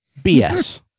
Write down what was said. BS